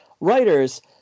writers